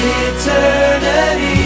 eternity